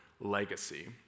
legacy